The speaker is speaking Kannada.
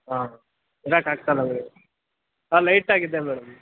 ಹಾಂ ಇರಕ್ಕಾಗ್ತಾ ಇಲ್ಲ ಮೇಡಮ್ ಹಾಂ ಲೈಟ್ ಆಗಿ ಇದೆ ಮೇಡಮ್